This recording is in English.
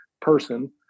person